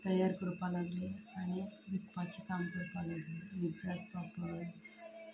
तयार करपाक लागलीं आनी विकपाचें काम करपाक लागलीं